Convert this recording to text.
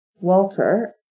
Walter